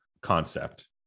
concept